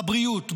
בבריאות,